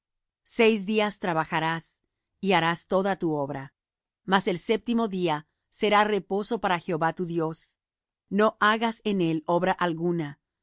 seis días trabajarás y harás toda tu obra mas el séptimo día será reposo para jehová tu dios no hagas en él obra alguna